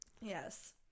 yes